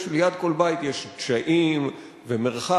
שליד כל בית יש דשאים ומרחב,